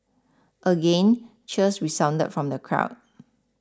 again cheers resounded from the crowd